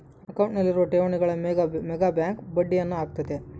ಅಕೌಂಟ್ನಲ್ಲಿರುವ ಠೇವಣಿಗಳ ಮೇಗ ಬ್ಯಾಂಕ್ ಬಡ್ಡಿಯನ್ನ ಹಾಕ್ಕತೆ